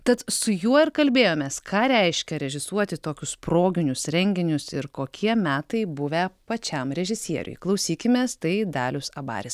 tad su juo ir kalbėjomės ką reiškia režisuoti tokius proginius renginius ir kokie metai buvę pačiam režisieriui klausykimės tai dalius abaris